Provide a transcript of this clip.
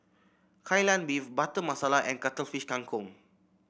Kai Lan Beef Butter Masala and Cuttlefish Kang Kong